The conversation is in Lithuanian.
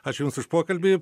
ačiū jums už pokalbį